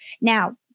now